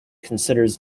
considers